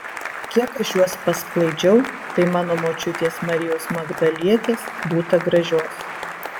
kiek aš juos pasklaidžiau tai mano močiutės marijos magdalietės būta gražios